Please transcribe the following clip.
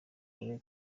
kure